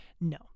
no